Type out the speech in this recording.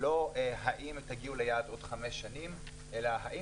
לא האם תגיעו ליעד עוד חמש שנים אלא האם